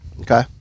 Okay